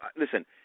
listen